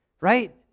Right